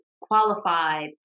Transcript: qualified